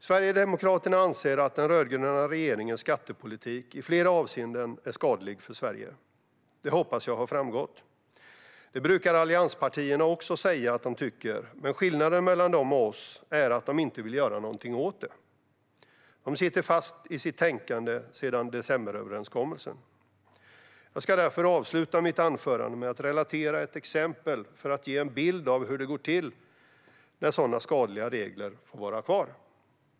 Sverigedemokraterna anser att den rödgröna regeringens skattepolitik i flera avseenden är skadlig för Sverige. Det hoppas jag har framgått. Det brukar allianspartierna också säga att de tycker. Men skillnaden mellan dem och oss är att de inte vill göra någonting åt det. De sitter fast i sitt tänkande sedan decemberöverenskommelsen. Jag ska därför avsluta mitt anförande med att relatera ett exempel för att ge en bild av hur det kan gå till när sådana skadliga regler får vara kvar.